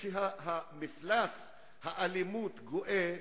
כשמפלס האלימות גואה,